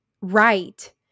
right